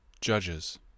Judges